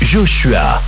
Joshua